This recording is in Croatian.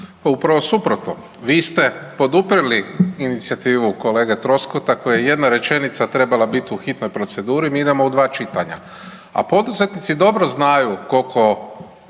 Upravo suprotno. Vi ste poduprijeli inicijativu kolege Troskota kojem je jedna rečenica trebala biti u hitnoj proceduri, mi idemo u dva čitanja. A poduzetnici dobro znaju koliko